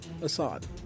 Assad